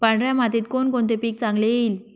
पांढऱ्या मातीत कोणकोणते पीक चांगले येईल?